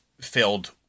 filled